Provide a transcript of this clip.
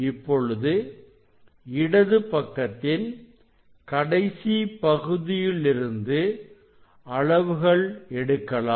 இப்பொழுது இடது பக்கத்தின் கடைசி பகுதியில் இருந்து அளவுகள் எடுக்கலாம்